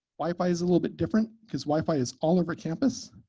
wi-fi is a little bit different because wi-fi is all over campus,